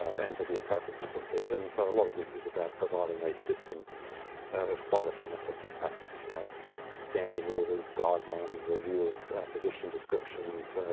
and to be appropriately prepared. and so a lot of this is about providing a system of quality and effective practice you know standing orders, guidelines, review of position descriptions,